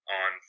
on